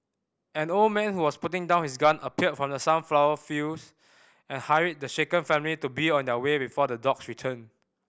an old man was putting down his gun appeared from the sunflower fields and hurried the shaken family to be on their way before the dogs return